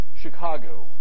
Chicago